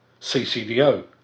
CCDO